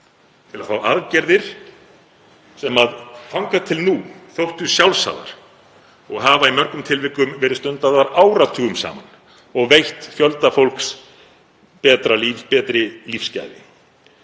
til að fá aðgerðir sem þangað til nú þóttu sjálfsagðar og hafa í mörgum tilvikum verið stundaðar áratugum saman og veitt fjölda fólks betra líf,